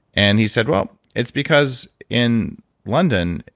and he said, well, it's because in london,